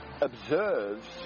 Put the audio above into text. observes